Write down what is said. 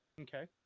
okay